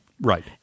Right